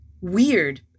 weird